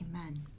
amen